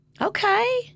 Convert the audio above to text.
Okay